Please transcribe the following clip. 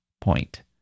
point